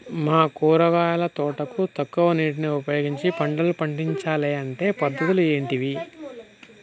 మా కూరగాయల తోటకు తక్కువ నీటిని ఉపయోగించి పంటలు పండించాలే అంటే పద్ధతులు ఏంటివి?